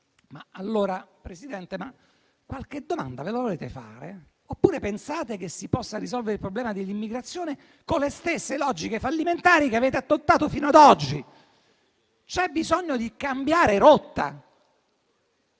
Allora, Presidente, qualche domanda ve la volete fare? Oppure pensate che si possa risolvere il problema dell'immigrazione con le stesse logiche fallimentari che avete adottato fino ad oggi? C'è bisogno di cambiare rotta.